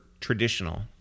traditional